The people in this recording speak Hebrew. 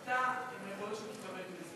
אתה עם היכולות של חבר כנסת,